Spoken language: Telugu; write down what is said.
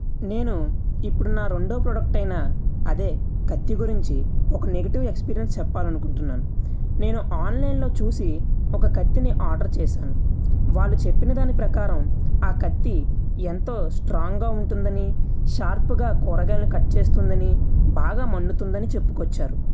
నేను ఇప్పుడు నా రెండో ప్రోడక్ట్ అయిన అదే కత్తి గురించి ఒక నెగెటివ్ ఎక్స్పీరియన్స్ చెప్పాలి అనుకుంటున్నాను నేను ఆన్లైన్లో చూసి ఒక కత్తిని ఆర్డర్ చేశాను వాళ్ళు చెప్పిన దాన్ని ప్రకారం ఆ కత్తి ఎంతో స్ట్రాంగ్గా ఉంటుందని షార్పుగా కూరగాయలు కట్ చేస్తుందని బాగా మండుతుందని అని చెప్పుకొచ్చారు